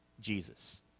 Jesus